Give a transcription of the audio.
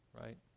right